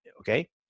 okay